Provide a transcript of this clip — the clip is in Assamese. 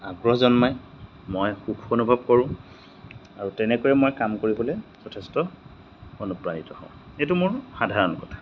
আগ্ৰহ জন্মাই মই সুখ অনুভৱ কৰোঁ আৰু তেনেকৈয়ে মই কাম কৰিবলৈ যথেষ্ট অনুপ্ৰাণিত হওঁ এইটো মোৰ সাধাৰণ কথা